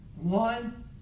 One